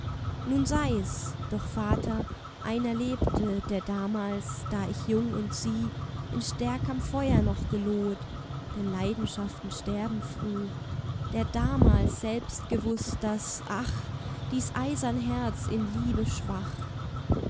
nun sei's doch vater einer lebte der damals da ich jung und sie in stärkerm feuer noch geloht denn leidenschaften sterben früh der damals selbst gewußt daß ach dies eisern herz in liebe